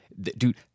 dude